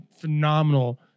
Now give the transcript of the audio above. phenomenal